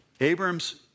Abram's